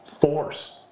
force